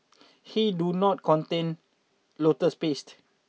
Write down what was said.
he do not contain lotus paste